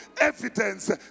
evidence